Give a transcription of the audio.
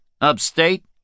Upstate